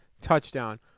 touchdown